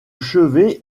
chevet